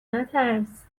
نترس